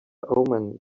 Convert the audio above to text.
omen